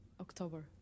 October